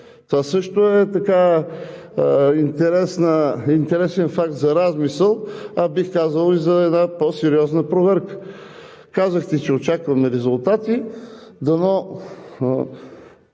Това също е интересен факт за размисъл, а бих казал и за една по-сериозна проверка. Казахте, че очакваме резултати. Дано